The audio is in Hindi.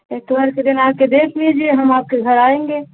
इतवार के दिन आकर देख लीजिए हम आपके घर आएँगे